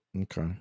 okay